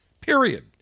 period